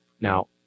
Now